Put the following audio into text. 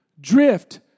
drift